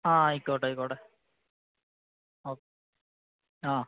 ആ ആയിക്കോട്ടെ ആയിക്കോട്ടെ ഓക്കെ ആ